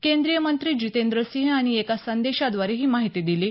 केंद्रीय मंत्री जितेंद्र सिंह यांनी एका संदेशाद्वारे ही माहिती दिली आहे